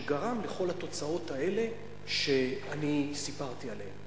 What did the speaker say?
שגרם לכל התוצאות האלה שאני סיפרתי עליהן.